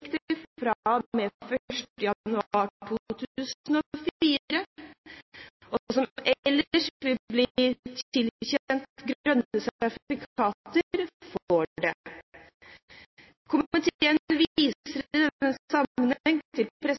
fra og med 1. januar 2004, og som ellers vil bli tilkjent grønt sertifikat, får det.